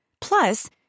Plus